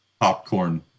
popcorn